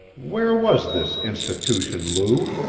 where was this institution, lou?